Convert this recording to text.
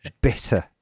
bitter